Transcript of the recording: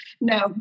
No